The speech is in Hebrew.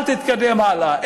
אל תתקדם הלאה.